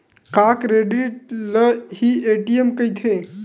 का क्रेडिट ल हि ए.टी.एम कहिथे?